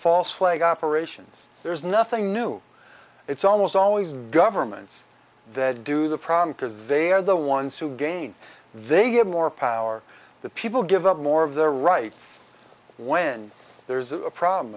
false flag operations there is nothing new it's almost always the governments that do the problem because they are the ones who gain they have more power the people give up more of their rights when there's a problem